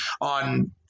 on